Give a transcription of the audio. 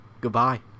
goodbye